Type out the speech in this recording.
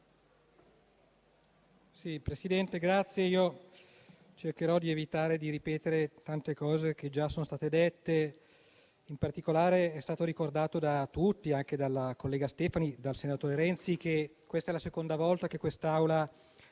Presidente, cercherò di evitare di ripetere tante cose che già sono state dette. In particolare è stato ricordato da tutti, anche dalla collega Stefani e dal senatore Renzi, che quella odierna è la seconda volta che quest'Aula